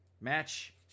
match